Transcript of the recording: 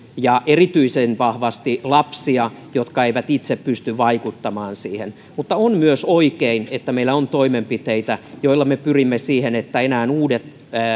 ja erityisen vahvasti lapsia jotka eivät itse pysty vaikuttamaan siihen mutta on myös oikein että meillä on toimenpiteitä joilla me pyrimme siihen että enää uudet